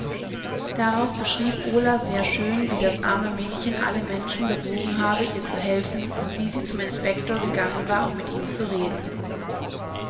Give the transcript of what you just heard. darauf beschrieb ola sehr schön wie das arme mädchen alle menschen bewogen habe ihr zu helfen und wie sie zum inspektor gegangenwar ummitihmzureden istdiesdasmädchen dasduzudirnehmenwillst ola